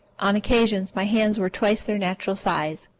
on occasion my hands were twice their natural size,